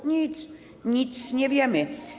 Tu nic, nic nie wiemy.